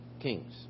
kings